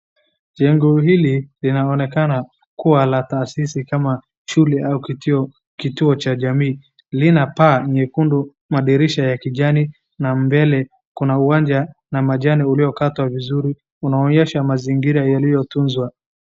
Jengo hili linaonekana kuwa la tasisi kama shule au kituo cha jamii. Lina paa nyekundu na madirisha ya kijani na mbele kuna uwanja na majani uliokatwa vizuri. Unaonyesha mazingira iliyotunzwa.